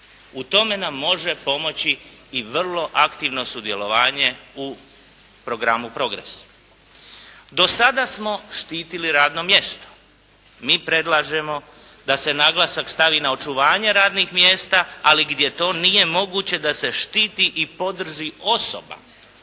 U tome nam može pomoći i vrlo aktivno sudjelovanje u programu PROGRESS. Do sada smo štitili radno mjesto. Mi predlažemo da se naglasak stavi na očuvanje radnih mjesta, ali gdje to nije moguće da se štiti i podrži osoba